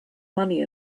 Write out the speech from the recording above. money